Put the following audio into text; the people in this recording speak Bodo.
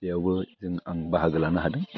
बेयावबो जों आं बाहागो लानो हादों